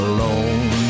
Alone